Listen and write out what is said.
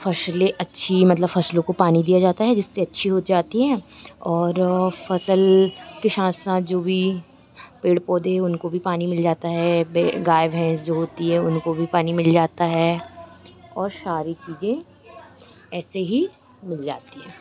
फसलें अच्छी मतलब फसलों को पानी दिया जाता है जिससे अच्छी हो जाती हैं और फसल के साथ साथ जो भी पेड़ पौधे हैं उनको भी पानी मिल जाता है गाय भैंस जो होती हैं उनको भी पानी मिल जाता है और सारी चीज़ें ऐसे ही मिल जाती हैं